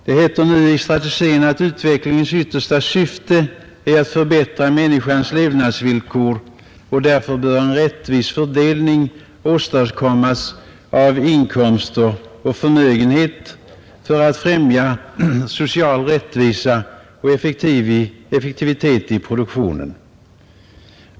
Det heter nu i strategin att utvecklingens yttersta syfte är att förbättra människans levnadsvillkor och därför bör en rättvis fördelning av inkomster och förnödenheter åstadkommas för att främja såväl social rättvisa som effektivitet i produktionen.